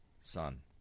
Son